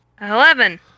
Eleven